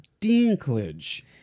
Dinklage